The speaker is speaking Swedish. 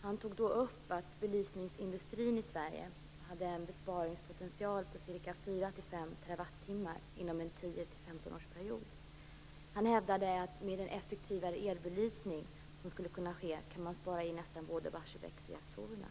Han nämnde då att belysningsindustrin i Sverige hade en besparingspotential på ca 4-5 TWh inom en 10-15 årsperiod. Han hävdade att med den effektivare elbelysning som skulle kunna ske kan man spara in nästan motsvarande båda Barsebäcksreaktorerna.